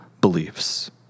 beliefs